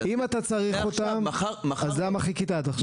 אם אתה צריך אותם אז למה חיכית עד עכשיו?